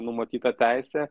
numatyta teisė